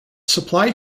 supply